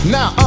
Now